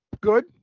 good